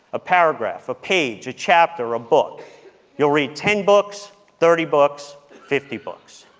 a paragraph, a page, a chapter, a book you'll read ten books, thirty books, fifty books.